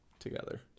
together